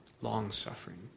Long-suffering